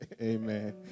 Amen